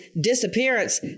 disappearance